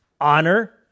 Honor